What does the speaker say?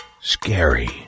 scary